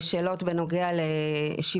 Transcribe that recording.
היום הרשויות המקומיות מעודדות,